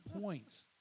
points